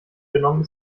genommen